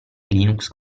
linux